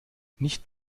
nicht